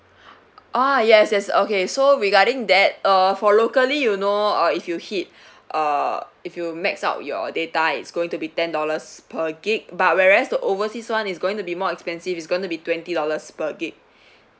ah yes yes okay so regarding that uh for locally you know uh if you hit uh if you max out your data it's going to be ten dollars per gigabyte but whereas the oversea [one] is going to be more expensive is going to be twenty dollars per gigabyte